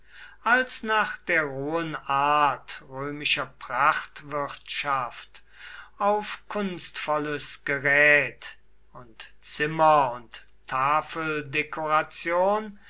als nach der rohen art römischer prachtwirtschaft auf kunstvolles gerät und zimmer und